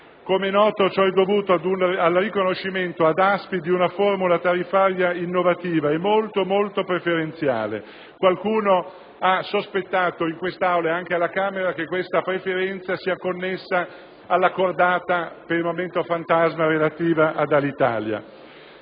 Come è noto, ciò è dovuto al riconoscimento ad ASPI di una formula tariffaria innovativa e molto, molto preferenziale; qualcuno ha sospettato, in questa Aula e anche alla Camera, che questa preferenza sia connessa alla cordata (per il momento fantasma) relativa ad Alitalia.